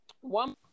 one